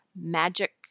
magic